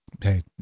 hey